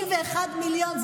71 מיליון,